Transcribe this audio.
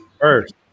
first